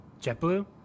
JetBlue